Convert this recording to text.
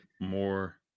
more